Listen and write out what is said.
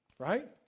Right